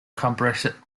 compression